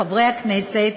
חברי הכנסת,